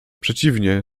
przeciwnie